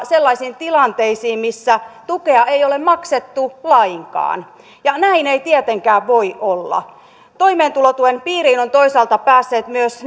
sellaisiin tilanteisiin missä tukea ei ole maksettu lainkaan ja näin ei tietenkään voi olla toimeentulotuen piiriin ovat toisaalta päässeet myös